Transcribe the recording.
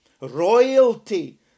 royalty